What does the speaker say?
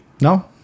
No